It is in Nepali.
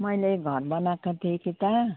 मैले घर बनाएको थिएँ कि त